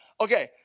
Okay